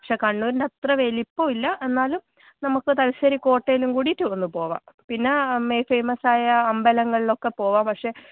പക്ഷേ കണ്ണൂരിന്റെ അത്ര വലുപ്പമില്ല എന്നാലും നമുക്ക് തലശ്ശേരി കോട്ടയിലും കൂടിയിട്ട് ഒന്ന് പോവാം പിന്നെ മെ ഫേമസ് ആയ അമ്പലങ്ങളിലൊക്കെ പോവാം പക്ഷേ